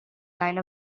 line